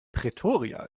pretoria